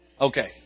Okay